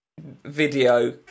video